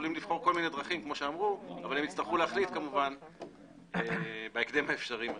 יכולים לבחור כל מיני דרכים אבל הם יצטרכו להחליט בהקדם האפשרי.